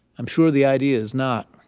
i'm sure the idea is not.